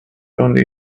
only